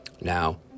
Now